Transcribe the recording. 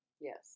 yes